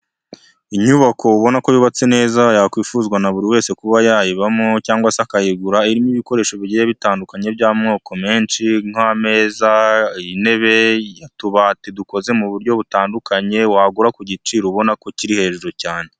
Inyubako ubona ko yubatse neza yakwifuzwa na buri wese kuba yayibamo cyangwa se akayigura, irimo ibikoresho bigiye bitandukanye by'amoko menshi nk'ameza, intebe, utubati dukoze mu buryo butandukanye wagura ku giciro ubona ko kiri hejuru cyane.